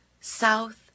south